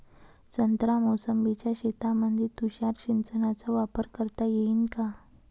संत्रा मोसंबीच्या शेतामंदी तुषार सिंचनचा वापर करता येईन का?